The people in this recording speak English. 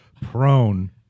prone